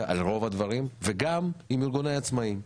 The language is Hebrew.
על רוב הדברים וגם עם ארגוני העצמאים.